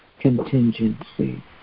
contingency